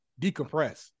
decompress